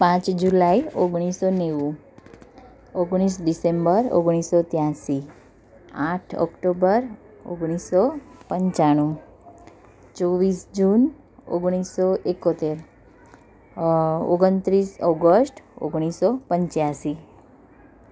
પાંચ જુલાઇ ઓગણીસસો નેવું ઓગણીસ ડિસેમ્બર ઓગણીસસો ત્યાસી આઠ ઓકટોબર ઓગણીસસો પંચાણુ ચોવીસ જૂન ઓગણીસસો એકોતેર ઓગણત્રીસ ઓગષ્ટ ઓગણીસસો પંચ્યાસી